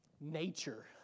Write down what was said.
nature